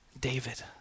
David